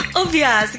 obvious